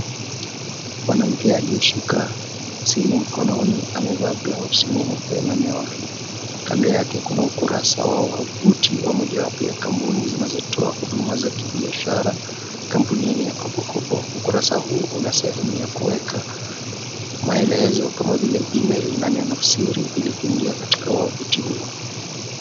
Mwanamke aliyeshika simu mkononi amevaa blausi nyeupe na miwani. Kando yake kuna ukurasa wa wavuti ya mojawapo ya kampuni zinazotoa huduma za kibiashara. Kampuni hii ni ya Kopokopo. Ukurasa huu una sehemu ya kuweka maelezo kama vile email na neno Siri Ili kuingia katika wavuti huo.